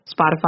Spotify